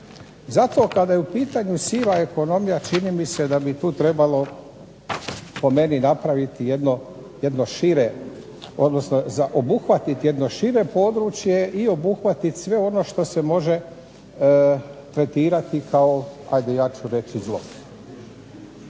Zato kada je u pitanju siva ekonomija čini mi se da bi tu trebalo po meni napraviti jedno šire odnosno za obuhvatit jedno šire područje i obuhvatit sve ono što se može tretirati kao, ajde ja ću reći zlo.